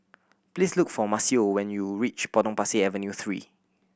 please look for Maceo when you reach Potong Pasir Avenue Three